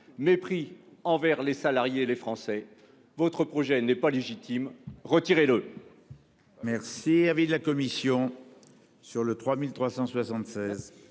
Mépris envers les salariés et les Français. Votre projet n'est pas légitime, retirez-le